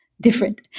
different